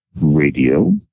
radio